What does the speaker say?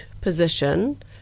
position